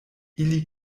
ili